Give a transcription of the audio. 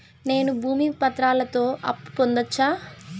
నేను భూమి పత్రాలతో అప్పు పొందొచ్చా?